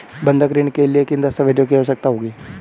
बंधक ऋण के लिए किन दस्तावेज़ों की आवश्यकता होगी?